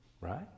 Right